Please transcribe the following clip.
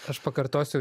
aš pakartosiu